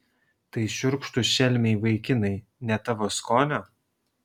tai šiurkštūs šelmiai vaikinai ne tavo skonio